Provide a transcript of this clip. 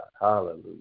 Hallelujah